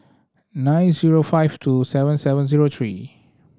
nine zero five two seven seven zero three